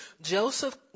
Joseph